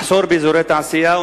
מחסור באזורי תעשייה,